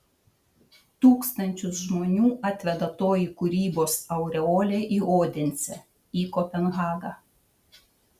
tūkstančius žmonių atveda toji kūrybos aureolė į odensę į kopenhagą